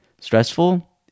stressful